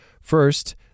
First